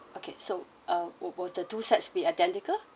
okay so uh will both the two sets be identical